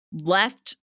left